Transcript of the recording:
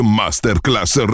masterclass